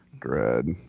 Dread